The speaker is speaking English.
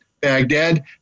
Baghdad